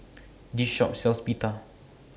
This Shop sells Pita